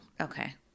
Okay